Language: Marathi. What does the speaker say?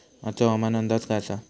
आजचो हवामान अंदाज काय आसा?